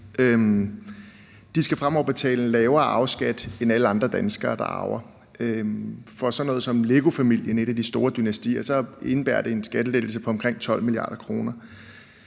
De skal fremover betale en lavere arveskat end alle andre danskere, der arver. For sådan noget som LEGO-familien, et af de store dynastier, indebærer det en skattelettelse på omkring 12 mia. kr.